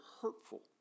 hurtful